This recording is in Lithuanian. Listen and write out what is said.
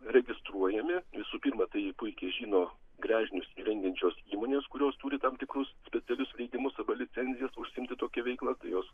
registruojami visų pirma tai puikiai žino gręžinius įrengiančios įmonės kurios turi tam tikrus specialius leidimus arba licencijas užsiimti tokia veikla jos